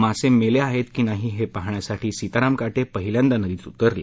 मासे मेले आहेत की नाही हे पाहण्यासाठी सीताराम काटे हे पहिल्यांदा नदीत उतरले